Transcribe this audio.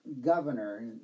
Governor